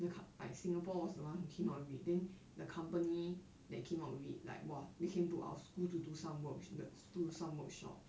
we all c~ like singapore was the one who came up with it then the company that came up with it !wah! they came to our school to do some work with the do some workshop